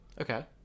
okay